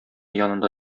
янында